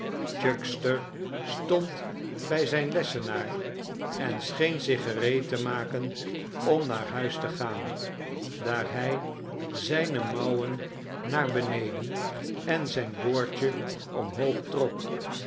chuckster stond bij zijn lessenaar en scheen zich gereed te maken om naar huis te gaan daar hij zijne mouwen naar beneden en zijn boordje omhoog trok